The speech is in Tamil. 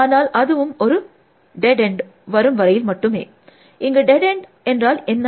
ஆனால் அதுவும் ஒரு டெட் என்ட் வரும் வரையில் மட்டுமே இங்கு டெட் என்ட் என்றால் என்ன